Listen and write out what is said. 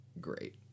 great